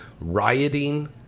rioting